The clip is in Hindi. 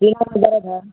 सीना में दर्द है